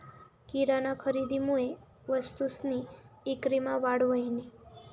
किराना खरेदीमुये वस्तूसनी ईक्रीमा वाढ व्हयनी